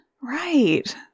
Right